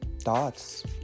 thoughts